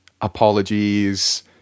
apologies